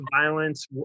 violence